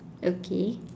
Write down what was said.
okay